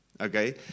okay